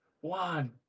One